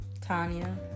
Tanya